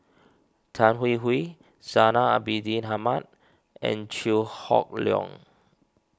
Tan Hwee Hwee Zainal Abidin Ahmad and Chew Hock Leong